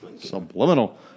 Subliminal